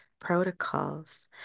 protocols